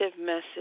message